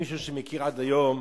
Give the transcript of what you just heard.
עד היום,